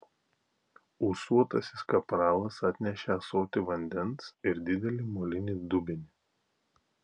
ūsuotasis kapralas atnešė ąsotį vandens ir didelį molinį dubenį